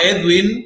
Edwin